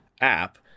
app